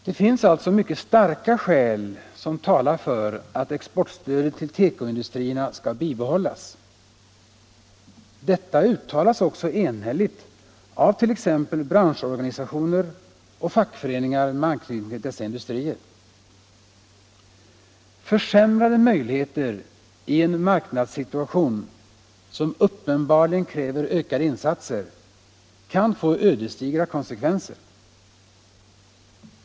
Det finns alltså mycket starka skäl som talar för att exportstöd till teko-industrierna skall bibehållas. Detta uttalas också enhälligt av branschorganisationer och fackföreningar med anknytning till dessa industrier. Försämrade möjligheter i en marknadssituation som uppenbarligen kräver ökade insatser kan få ödesdigra konsekvenser.